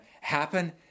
happen